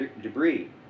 debris